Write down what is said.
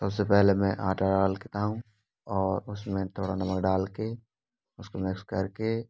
सबसे पहले मैं आटा डाल देता हूँ और उसमें थोड़ा नमक डालकर उसको मिक्स करके